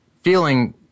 feeling